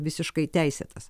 visiškai teisėtas